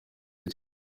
rye